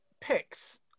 picks